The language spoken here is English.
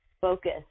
focus